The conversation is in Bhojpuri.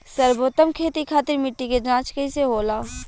सर्वोत्तम खेती खातिर मिट्टी के जाँच कईसे होला?